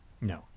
No